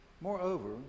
Moreover